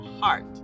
heart